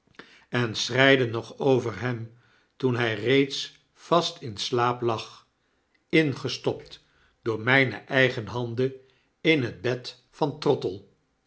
en schreide nog over hem toen ny reeds vast in slaap lag ingestopt door mijne eigen handen in het bed van trottle